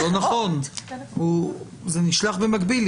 זה לא נכון, זה נשלח במקביל.